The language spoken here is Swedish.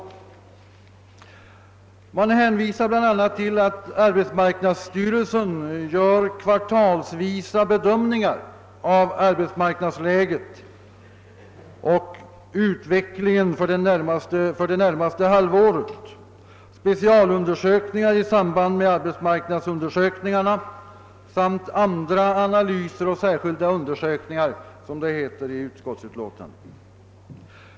Utskottet hänvisar bl.a. till att arbetsmarknadsstyrelsen kvartalsvis gör bedömningar av arbetsmarknadsläget och av utvecklingen för det närmaste halvåret, specialundersökningar i samband med <arbetsmarknadsundersökningarna samt andra analyser och särskilda undersökningar, som det heter i utskottsutlåtandet.